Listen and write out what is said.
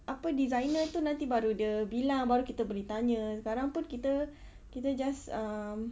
apa designer itu nanti baru dia bilang baru kita boleh tanya sekarang pun kita kita just um